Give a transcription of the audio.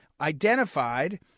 identified